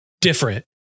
different